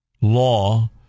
law